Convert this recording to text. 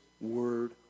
word